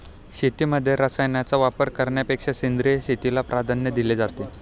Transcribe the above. शेतीमध्ये रसायनांचा वापर करण्यापेक्षा सेंद्रिय शेतीला प्राधान्य दिले जाते